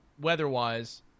weather-wise